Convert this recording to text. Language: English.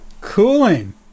Cooling